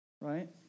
Right